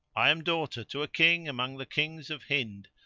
i am daughter to a king among the kings of hind,